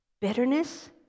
bitterness